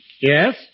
Yes